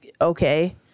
okay